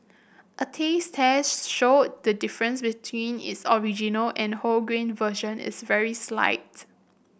a taste test showed that the difference between its original and wholegrain version is very slights